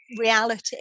reality